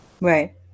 Right